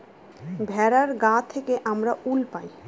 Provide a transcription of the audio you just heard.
ভেড়ার গা থেকে আমরা উল পাই